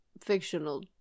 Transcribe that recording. fictional